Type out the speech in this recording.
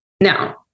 Now